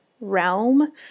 realm